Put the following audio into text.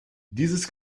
dieses